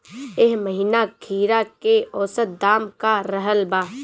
एह महीना खीरा के औसत दाम का रहल बा?